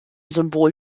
symbol